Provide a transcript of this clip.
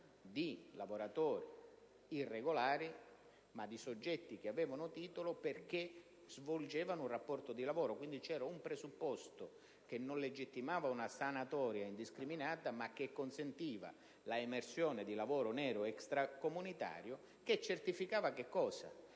si trattava di soggetti che avevano titolo perché svolgevano un rapporto di lavoro. Quindi, vi era un presupposto che non legittimava una sanatoria indiscriminata, ma che consentiva l'emersione di lavoro nero extracomunitario e che certificava che il